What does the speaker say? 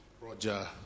Roger